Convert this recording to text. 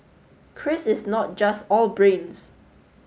Chris is not just all brains